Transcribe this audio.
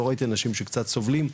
לא ראיתי אנשים שקצת סובלים,